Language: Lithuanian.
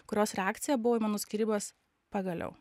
kurios reakcija buvo į mano skyrybas pagaliau